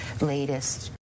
latest